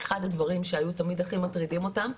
אחד הדברים שהיו תמיד הכי מטרידים אותן,